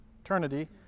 eternity